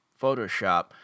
Photoshop